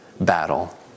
battle